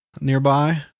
nearby